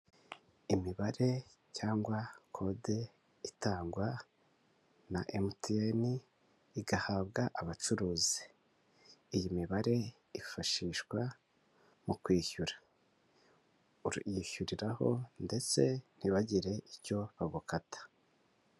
Imibare cyangwa kode itangwa na emutiyene igahabwa abacuruzi iyi mibare yifashishwa mu kwishyura uyishyuriraho ndetse ntibagire icyo bagukata.